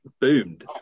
boomed